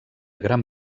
gran